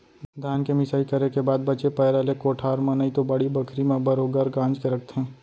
धान के मिंसाई करे के बाद बचे पैरा ले कोठार म नइतो बाड़ी बखरी म बरोगर गांज के रखथें